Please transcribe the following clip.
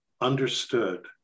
understood